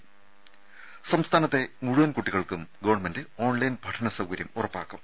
ത സംസ്ഥാനത്തെ മുഴുവൻ കുട്ടികൾക്കും ഗവൺമെന്റ് ഓൺലൈൻ പഠന സൌകര്യം ഉറപ്പാക്കും